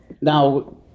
Now